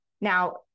Now